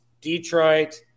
Detroit